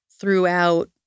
throughout